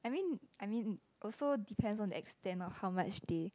I mean I mean also depend on the extent of how much the